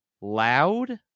loud